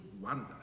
wonder